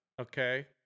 Okay